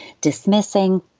dismissing